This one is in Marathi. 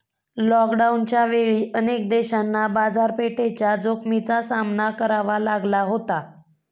लॉकडाऊनच्या वेळी अनेक देशांना बाजारपेठेच्या जोखमीचा सामना करावा लागला होता